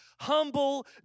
humble